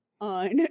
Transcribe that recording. on